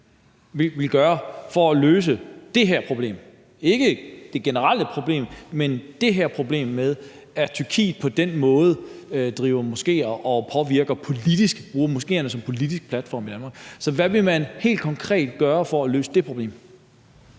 vil gøre for at løse det her problem – ikke det generelle problem, men det her problem med, at Tyrkiet på den måde driver moskéer og påvirker politisk og bruger moskéerne som politisk platform i Danmark? Så hvad vil man helt konkret gøre for at løse det problem?